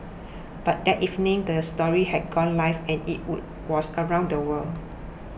by that evening the story had gone live and it would was around the world